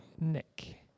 Nick